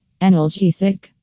Analgesic